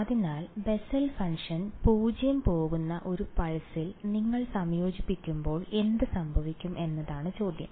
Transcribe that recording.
അതിനാൽ Bessel function 0 പോകുന്ന ഒരു പൾസിൽ നിങ്ങൾ സംയോജിപ്പിക്കുമ്പോൾ എന്ത് സംഭവിക്കും എന്നതാണ് ചോദ്യം